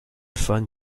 fans